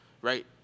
right